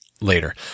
later